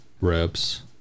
reps